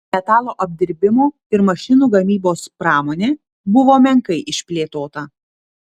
metalo apdirbimo ir mašinų gamybos pramonė buvo menkai išplėtota